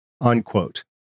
Unquote